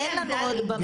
אין לנו עוד במה.